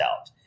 out